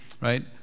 Right